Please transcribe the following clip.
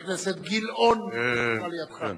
חבר כנסת נפאע, חבר הכנסת גילאון נמצא לידך.